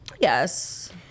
yes